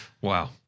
Wow